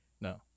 No